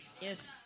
Yes